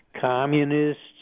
Communists